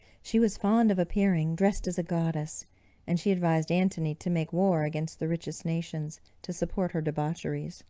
she was fond of appearing dressed as a goddess and she advised antony to make war against the richest nations, to support her debaucheries.